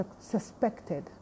suspected